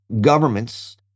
governments